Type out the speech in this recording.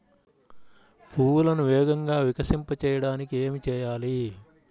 పువ్వులను వేగంగా వికసింపచేయటానికి ఏమి చేయాలి?